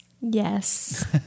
Yes